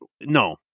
no